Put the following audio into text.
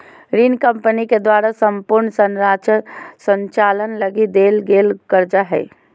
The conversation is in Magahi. ऋण कम्पनी के द्वारा सम्पूर्ण संचालन लगी देल गेल कर्जा हइ